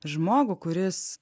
žmogų kuris